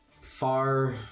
Far